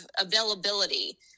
availability